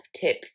tip